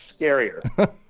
scarier